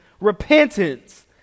repentance